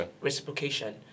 reciprocation